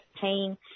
paying